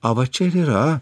o va čia ir yra